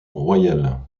royale